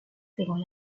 según